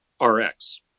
RX